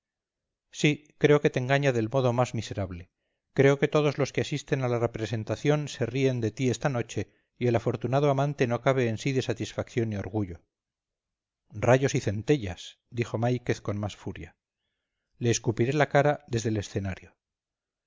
sí creo que te engaña del modo más miserable creo que todos los que asisten a la representación se ríen de ti esta noche y el afortunado amante no cabe en sí de satisfacción y orgullo rayos y centellas dijo máiquez con más furia le escupiré la cara desde el escenario